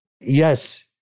Yes